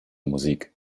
musik